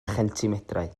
chentimetrau